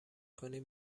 کنیم